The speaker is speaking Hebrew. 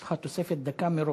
יש לך תוספת דקה מראש.